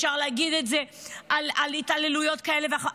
אפשר להגיד את זה על התעללויות כאלה ואחרות,